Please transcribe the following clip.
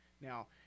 Now